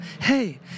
hey